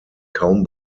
kaum